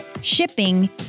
shipping